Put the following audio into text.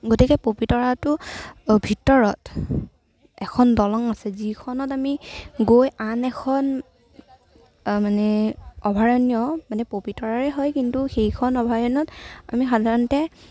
গতিকে পবিতৰাতো ভিতৰত এখন দলং আছে যিখনত আমি গৈ আন এখন মানে অভয়াৰণ্য মানে পবিতৰাৰেই হয় কিন্তু সেইখন অভয়াৰণ্যত আমি সাধাৰণতে